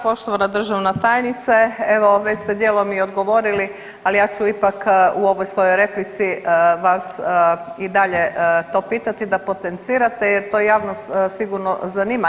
Poštovana državna tajnice, evo već ste dijelom i odgovorili, ali ja ću ipak u ovoj svojoj replici vas i dalje to pitati da potencirate jer to javnost sigurno zanima.